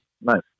Nice